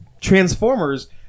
Transformers